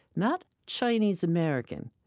not chinese american.